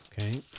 Okay